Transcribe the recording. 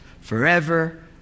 forever